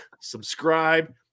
subscribe